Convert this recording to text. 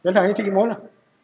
ya lah I need to eat more lah